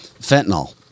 fentanyl